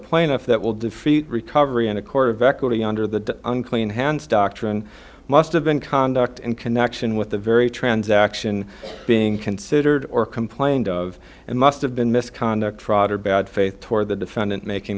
plaintiff that will defeat recovery in a court of equity under the unclean hands doctrine must have been conduct in connection with the very transaction being considered or complained of and must have been misconduct fraud or bad faith toward the defendant making